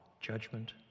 judgment